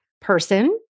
person